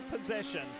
possession